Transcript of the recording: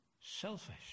Selfish